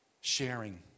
sharing